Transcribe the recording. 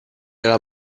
alla